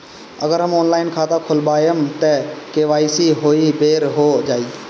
अगर हम ऑनलाइन खाता खोलबायेम त के.वाइ.सी ओहि बेर हो जाई